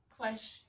question